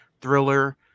thriller